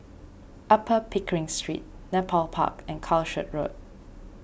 Upper Pickering Street Nepal Park and Calshot Road